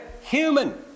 human